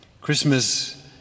Christmas